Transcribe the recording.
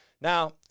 Now